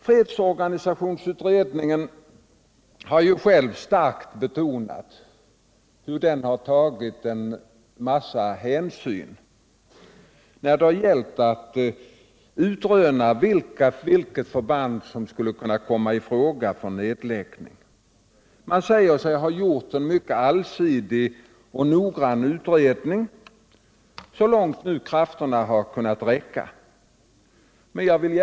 Fredsorganisationsutredningen har själv starkt betonat hur den tagit många hänsyn när det gällt att utröna vilket förband som skulle kunna komma i fråga för nedläggning. Man säger sig ha gjort en mycket allsidig och noggrann utredning, så långt krafterna nu har räckt till.